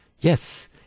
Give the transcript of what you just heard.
Yes